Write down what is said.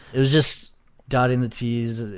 it was just dotting the t's,